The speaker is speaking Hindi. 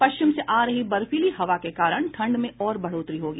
पश्चिम से आ रही बर्फीली हवा के कारण ठंड में और बढोतरी होगी